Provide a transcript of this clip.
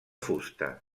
fusta